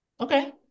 Okay